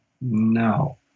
No